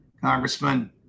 Congressman